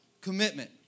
commitment